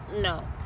no